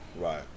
Right